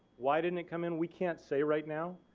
why didn't it come in? we can't say right now.